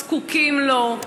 זקוקים לו.